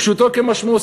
פשוטו כמשמעו,